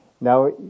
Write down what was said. Now